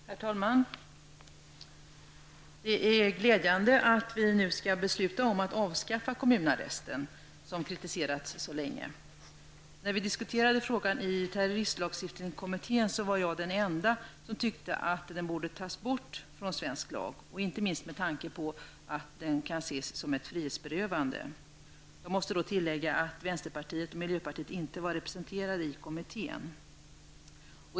Herr talman! Det är glädjande att vi nu skall besluta om att avskaffa kommunarresten som har kritiserats så länge. När vi diskuterade frågan i terroristlagstiftningskommittén var jag den enda som tyckte att den borde tas bort från svensk lag, inte minst med tanke på att kommunarresten kan ses som ett frihetsberövande. Jag måste då tillägga att vänsterpartiet och miljöpartiet inte var representerade i kommittén.